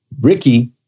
Ricky